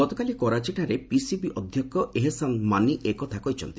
ଗତକାଲି କରାଚିଠାରେ ପିସିବି ଅଧ୍ୟକ୍ଷ ଏହେସାନ୍ ମାନି ଏକଥା କହିଛନ୍ତି